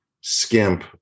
skimp